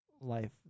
Life